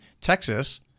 Texas